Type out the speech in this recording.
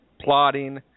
plotting